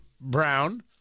Brown